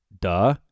Duh